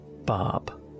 Bob